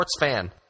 sportsfan